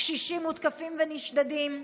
קשישים מותקפים ונשדדים.